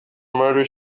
murder